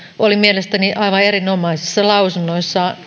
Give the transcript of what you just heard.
olivat mielestäni aivan erinomaisissa lausunnoissaan